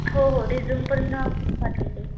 हो हो रिज्युम पण पाठवते